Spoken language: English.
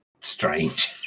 strange